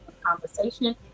conversation